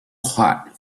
hot